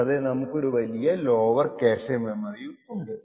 കൂടാതെ നമുക്കൊരു വലിയ ലോവർ ക്യാഷെ മെമ്മറിയും ഉണ്ട്